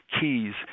keys